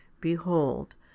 Behold